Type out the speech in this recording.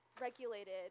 regulated